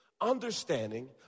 understanding